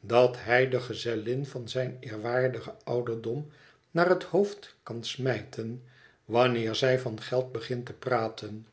dat hij de gezellin van zijn eerwaardigen ouderdom naar het hoofd kan smijten wanneer zij van geld begint te praten